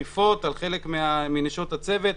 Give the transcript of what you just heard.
דחיפות של חלק מנשות הצוות.